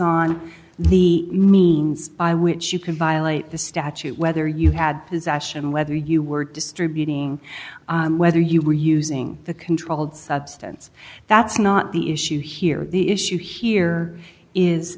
on the means by which you can violate the statute whether you had possession whether you were distributing whether you were using the controlled substance that's not the issue here the issue here is